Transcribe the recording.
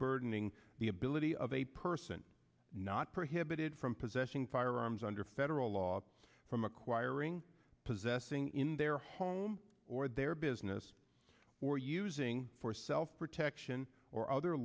burdening the ability of a person not prohibited from possessing firearms under federal law from acquiring possessing in their home or their business or using for self protection or other